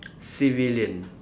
civilian